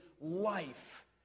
life